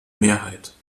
mehrheit